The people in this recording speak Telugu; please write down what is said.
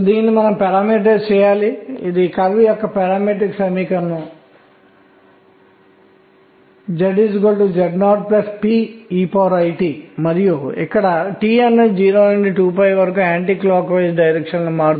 ఆపై పరమాణువు యొక్క నిర్మాణాన్ని అర్థం చేసుకోవడానికి అతను తన మినహాయింపు ఎక్స్క్లుజివ్ సూత్రంతో వచ్చాడు ఏ 2 ఎలక్ట్రాన్లు అన్ని క్వాంటం సంఖ్యలను ఒకే విధంగా కలిగి ఉండవు